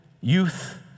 youth